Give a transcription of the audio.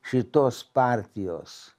šitos partijos